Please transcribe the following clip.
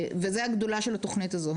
וזו הגדולה של התוכנית הזאת.